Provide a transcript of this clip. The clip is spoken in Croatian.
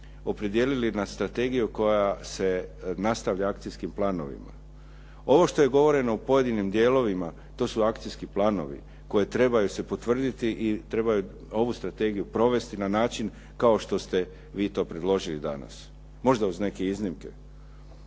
opredijelili na strategiju koja se nastavlja akcijskim planovima. Ovo što je govoreno u pojedinim dijelovima, to su akcijski planovi koji trebaju se potvrditi i trebaju ovu strategiju provesti na način kao što ste vi to predložili danas, možda uz neke iznimke.